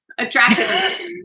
attractive